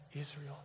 Israel